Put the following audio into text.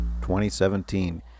2017